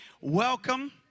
welcome